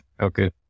Okay